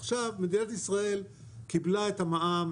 עכשיו, מדינת ישראל קיבלה את המע"מ.